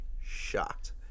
shocked